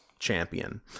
Champion